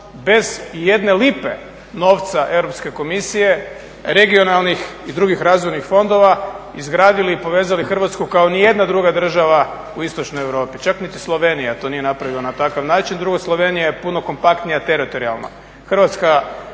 bez i jedne lipe novca Europske komisije, regionalnih i drugih razvojnih fondova izgradili i povezali Hrvatsku kao ni jedna druga država u istočnoj Europi. Čak niti Slovenija to nije napravila na takav način. Drugo, Slovenija je puno kompaktnija teritorijalno. Hrvatska